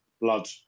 blood